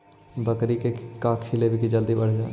बकरी के का खिलैबै कि जल्दी बढ़ जाए?